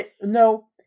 No